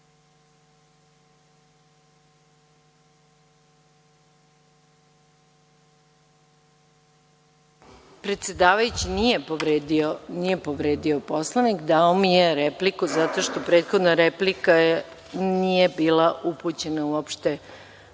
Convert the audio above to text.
Predsedavajući nije povredio Poslovnik. Dao mi je repliku zato što prethodna replika nije bila upućena uopšte